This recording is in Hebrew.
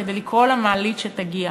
כדי לקרוא למעלית שתגיע.